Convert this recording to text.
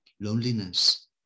loneliness